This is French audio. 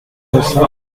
embrun